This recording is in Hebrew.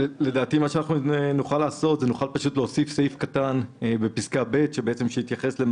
לדעתי נוכל להוסיף פסקה בתקנת משנה (ב),